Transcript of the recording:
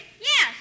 Yes